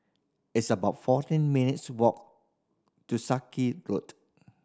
it's about fourteen minutes' walk to Sarky Road